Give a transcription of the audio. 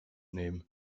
name